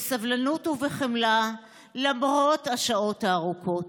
בסבלנות ובחמלה למרות השעות הארוכות,